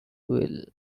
will